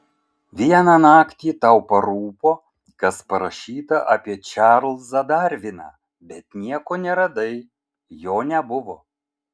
vieną naktį tau parūpo kas parašyta apie čarlzą darviną bet nieko neradai jo nebuvo